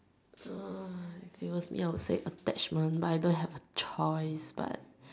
uh if it was me I would have said attachment but I don't have a choice but